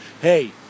hey